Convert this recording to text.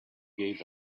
gave